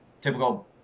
typical